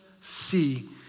see